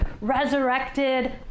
resurrected